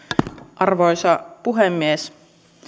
arvoisa puhemies